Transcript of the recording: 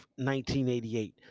1988